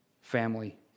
family